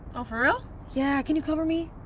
oh, for real? yeah can you cover me?